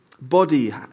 body